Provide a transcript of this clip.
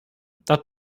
that